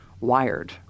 wired